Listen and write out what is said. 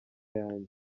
yanjye